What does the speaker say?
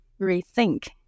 rethink